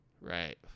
Right